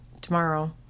tomorrow